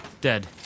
Dead